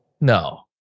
No